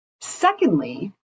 secondly